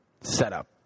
setup